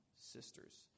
sisters